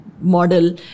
model